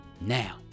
Now